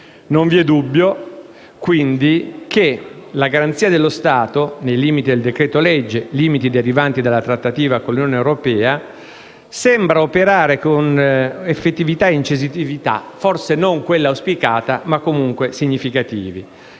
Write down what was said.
Non vi è dubbio, quindi, che la garanzia dello Stato, nei limiti del decreto-legge (limiti derivanti dalla trattativa con l'Unione europea), sembra operare con effettività e incisività (forse non quella auspicata ma è comunque significativa),